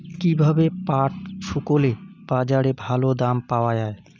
কীভাবে পাট শুকোলে বাজারে ভালো দাম পাওয়া য়ায়?